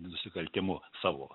nusikaltimu savo